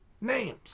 names